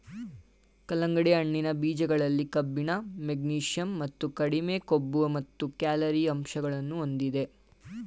ಕಲ್ಲಂಗಡಿ ಹಣ್ಣಿನ ಬೀಜಗಳಲ್ಲಿ ಕಬ್ಬಿಣ, ಮೆಗ್ನೀಷಿಯಂ ಮತ್ತು ಕಡಿಮೆ ಕೊಬ್ಬು ಮತ್ತು ಕ್ಯಾಲೊರಿ ಅಂಶಗಳನ್ನು ಹೊಂದಿದೆ